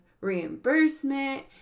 reimbursement